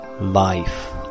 Life